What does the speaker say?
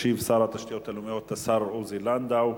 ישיב שר התשתיות השר עוזי לנדאו.